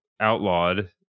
outlawed